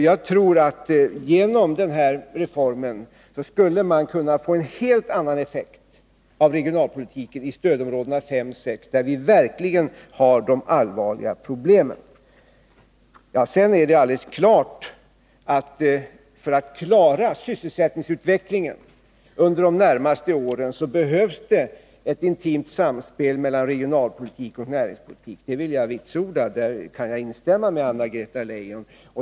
Jag tror att man genom den här reformen skulle kunna få en helt annan effekt av regionalpolitiken i stödområdena 5 och 6, där vi verkligen har allvarliga problem. Det är alldeles klart att det behövs ett intimt samspel mellan regionalpolitik och näringspolitik för att vi skall kunna klara sysselsättningsutvecklingen under de närmaste åren. Det vill jag vitsorda, och på den punkten kan jag instämma med Anna-Greta Leijon.